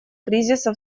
кризиса